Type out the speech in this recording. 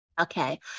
okay